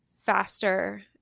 faster